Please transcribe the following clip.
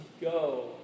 go